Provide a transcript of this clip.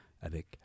avec